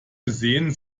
gesehen